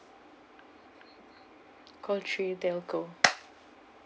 call tree telco